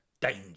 danger